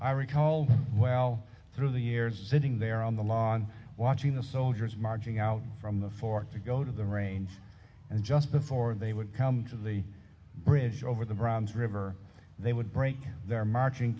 i recall well through the years sitting there on the lawn watching the soldiers marching out from the fort to go to the range and just before they would come to the bridge over the bronze river they would break their marching